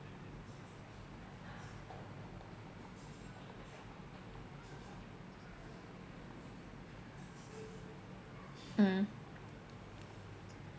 mm